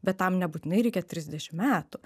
bet tam nebūtinai reikia trisdešim metų